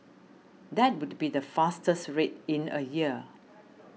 that would be the fastest rate in a year